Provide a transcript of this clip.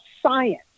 science